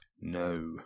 No